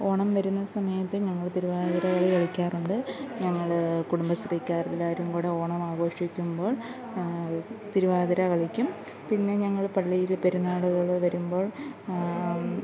ഓണം വരുന്ന സമയത്ത് ഞങ്ങൾ തിരുവാതിര കളി കളിക്കാറുണ്ട് ഞങ്ങൾ കുടുംബശ്രീക്കാരെല്ലാവരും കൂടി ഓണമാഘോഷിക്കുമ്പോള് തിരുവാതിര കളിക്കും പിന്നെ ഞങ്ങൾ പള്ളിയിൽ പെരുന്നാളുകൾ വരുമ്പോൾ